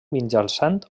mitjançant